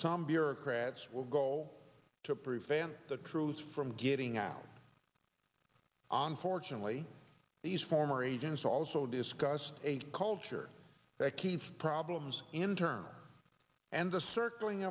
some bureaucrats will go to prevent the truth from getting out on fortunately these former agents also discuss a culture that keeps problems internal and the circling